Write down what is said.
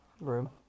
room